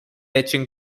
etching